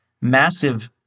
massive